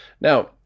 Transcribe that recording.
now